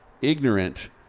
ignorant